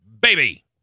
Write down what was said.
baby